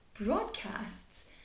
broadcasts